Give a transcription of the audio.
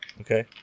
Okay